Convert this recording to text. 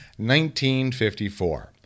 1954